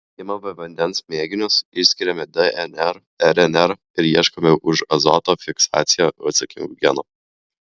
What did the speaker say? imame vandens mėginius išskiriame dnr rnr ir ieškome už azoto fiksaciją atsakingų genų